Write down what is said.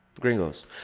gringos